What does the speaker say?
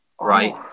right